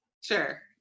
Sure